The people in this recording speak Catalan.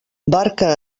barca